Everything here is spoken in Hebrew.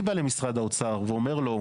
אני בא למשרד האוצר ואומר לו,